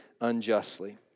unjustly